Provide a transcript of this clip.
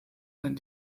sein